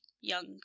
young